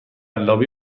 لابی